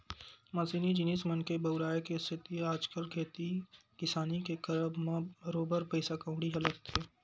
मसीनी जिनिस मन के बउराय के सेती आजकल खेती किसानी के करब म बरोबर पइसा कउड़ी ह लगथे